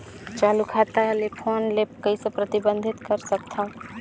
चालू खाता ले फोन ले कइसे प्रतिबंधित कर सकथव?